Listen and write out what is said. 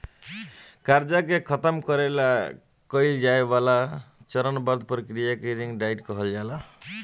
कर्जा के खतम करे ला कइल जाए वाला चरणबद्ध प्रक्रिया के रिंग डाइट कहल जाला